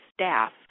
staff